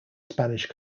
spanish